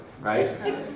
right